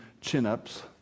chin-ups